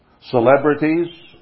celebrities